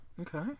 okay